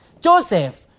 Joseph